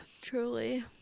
truly